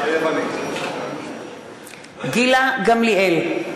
מתחייב אני גילה גמליאל,